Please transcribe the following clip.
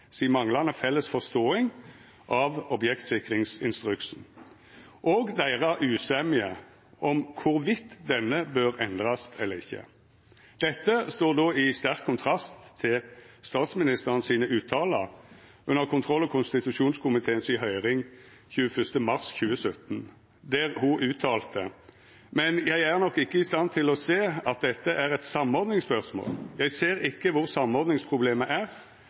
si manglande felles forståing av objektsikringsinstruksen og deira usemje når det gjeld om denne bør endrast eller ikkje. Dette står i sterk kontrast til statsministeren sine utsegner under kontroll- og konstitusjonskomiteen si høyring 21. mars 2017, der ho sa: «Men jeg er nok ikkje i stand til å se at dette er et samordningsspørsmål. Jeg ser ikkje hvor samordningsproblemet er.